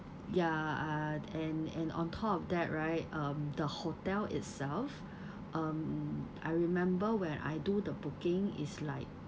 ya ah and and on top of that right um the hotel itself um I remember when I do the booking it's like